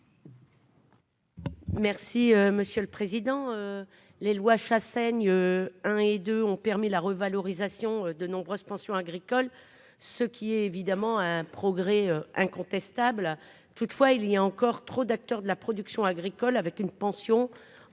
Merci monsieur le président, les lois Chassaigne un et 2 ont permis la revalorisation de nombreuses pensions agricoles, ce qui est évidemment un progrès incontestable, toutefois il y a encore trop d'acteurs de la production agricole avec une pension en